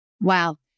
Wow